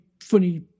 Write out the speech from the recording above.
funny